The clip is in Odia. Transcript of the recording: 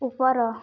ଉପର